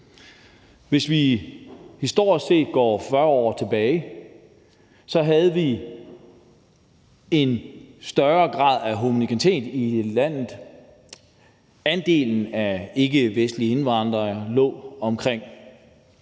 Hvis vi historisk set går 40 år tilbage, kan vi se, at vi havde en større grad af homogenitet i landet. Andelen af ikkevestlige indvandrere lå omkring